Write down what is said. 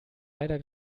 leider